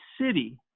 city